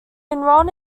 enrolled